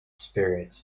spirit